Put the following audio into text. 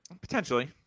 potentially